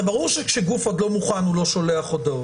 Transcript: הרי ברור שכשגוף עוד מוכן הוא לא שולח הודעות.